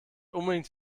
unbedingt